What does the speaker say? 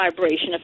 vibration